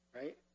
Right